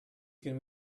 can